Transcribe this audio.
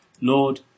Lord